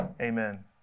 amen